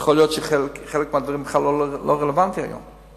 יכול להיות שחלק מהדברים בכלל לא רלוונטיים היום.